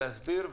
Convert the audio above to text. להסביר.